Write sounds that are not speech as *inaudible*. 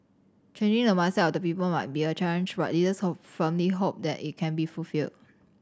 changing the mindset of the people might be a challenge but leaders *unintelligible* firmly hope that it can be fulfilled